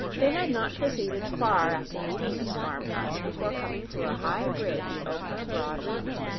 they had not proceeded far after leaving this farm-house before coming to a high bridge over a broad river.